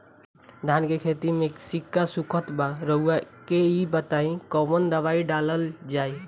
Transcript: धान के खेती में सिक्का सुखत बा रउआ के ई बताईं कवन दवाइ डालल जाई?